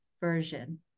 version